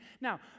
Now